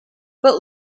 but